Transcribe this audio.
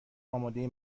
آماده